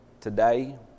today